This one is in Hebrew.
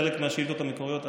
חלק מהשאילתות המקוריות.